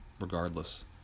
regardless